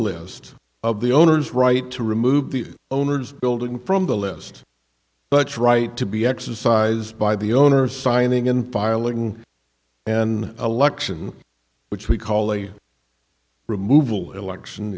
list of the owner's right to remove the owner's building from the list but right to be exercised by the owners signing in filing an election which we call a removal election